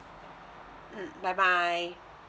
mm bye bye